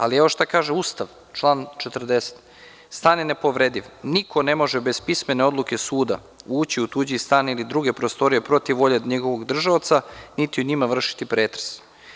Ali, evo, šta kaže Ustav – član 40. – stan je nepovrediv, niko ne može bez pismene odluke suda ući u tuđi stan ili druge prostorije protiv volje njegovog držaoca niti u njime vršiti pretres.